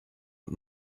und